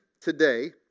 today